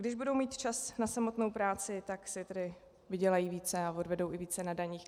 Když budou mít čas na samotnou práci, tak si tedy vydělají více a odvedou i více na daních.